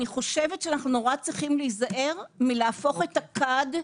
אנחנו צריכים להיזהר מלהפוך את הכד,